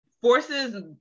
forces